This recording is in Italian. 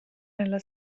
nella